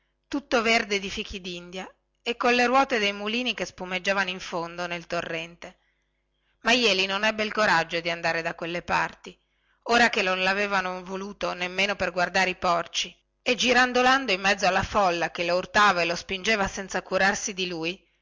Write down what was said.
tutto verde di fichidindia e colle ruote dei mulini che spumeggiavano in fondo sul torrente ma jeli non ebbe il coraggio di andare da quelle parti ora che non lavevano voluto nemmeno per guardare i porci e girandolando in mezzo alla folla che lo urtava e lo spingeva senza curarsi di lui